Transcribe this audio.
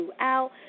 out